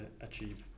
achieve